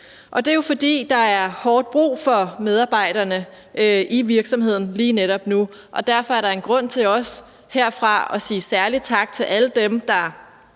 Det er jo, fordi der er hårdt brug for medarbejderne i virksomheden lige netop nu, og derfor er der en grund til også herfra at sige særlig tak til alle dem, der